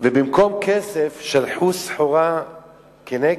במקום כסף שלחו סחורה כנגד.